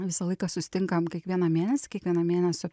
visą laiką susitinkam kiekvieną mėnesį kiekvieną mėnesio